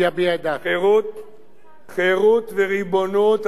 צודק מאה אחוז, חירות וריבונות, אדוני היושב-ראש,